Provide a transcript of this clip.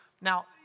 Now